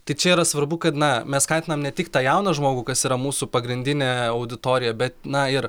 tai čia yra svarbu kad na mes skatinam ne tik tą jauną žmogų kas yra mūsų pagrindinė auditorija bet na ir